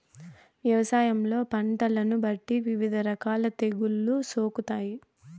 వ్యవసాయంలో పంటలను బట్టి వివిధ రకాల తెగుళ్ళు సోకుతాయి